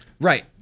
Right